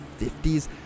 50s